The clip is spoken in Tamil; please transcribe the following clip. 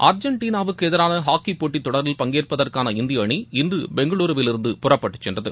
அர்ஜேன்டினாவுக்கு எதிரான ஹாக்கிப் போட்டித் தொடரில் பங்கேற்பதற்கான இந்திய அணி இன்று பெங்களுருவில் இருந்து புறப்பட்டுச் சென்றது